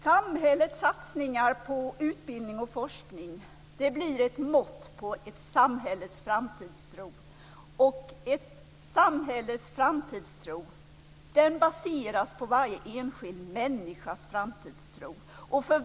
Samhällets satsningar på utbildning och forskning blir ett mått på ett samhälles framtidstro, och ett samhälles framtidstro baseras på varje enskild människas framtidstro.